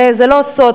הרי זה לא סוד,